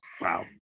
Wow